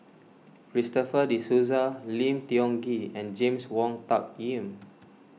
Christopher De Souza Lim Tiong Ghee and James Wong Tuck Yim